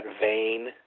vein